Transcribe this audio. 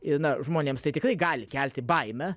ir na žmonėms tai tikrai gali kelti baimę